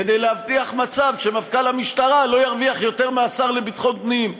כדי להבטיח מצב שמפכ"ל המשטרה לא ירוויח יותר מהשר לביטחון פנים,